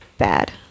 Bad